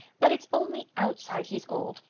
but it's only outside he's old.